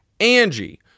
Angie